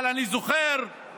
אבל אני זוכר את